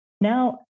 Now